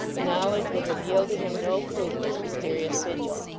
the knowledge would have yielded him no clue to this mysterious vigil.